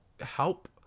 help